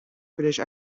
collège